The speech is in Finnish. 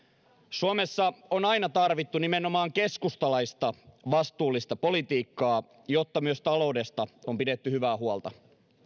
suomessa on aina tarvittu nimenomaan keskustalaista vastuullista politiikkaa jotta myös taloudesta on pidetty hyvää huolta